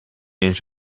eens